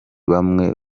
bamwe